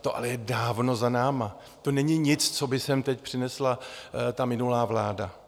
To je ale dávno za námi, to není nic, co by sem teď přinesla ta minulá vláda.